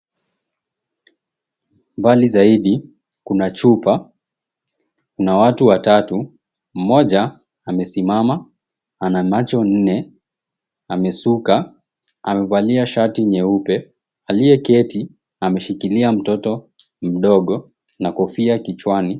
Mbali zaidi kuna chupa na watu watatu, mmoja amesimama, ana macho nne, amesuka, amevalia shati nyeupe. Aliyeketi ameshikilia mtoto mdogo na kofia kichwani.